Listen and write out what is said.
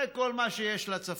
זה כל מה שיש לצפון.